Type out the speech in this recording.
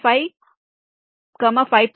5 5